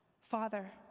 Father